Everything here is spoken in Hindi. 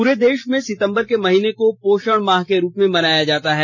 पूरे देश में सितंबर के महीने को पोषण माह के रूप में मनाया जाता है